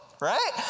right